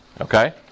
Okay